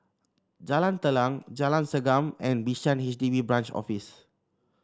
Jalan Telang Jalan Segam and Bishan H D B Branch Office